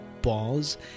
pause